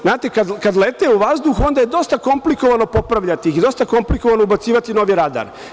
Znate, kada lete u vazduhu onda je dosta komplikovano popravljati ih i dosta komplikovano je ubacivati novi radar.